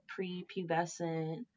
prepubescent